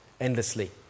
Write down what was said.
endlessly